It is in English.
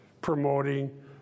promoting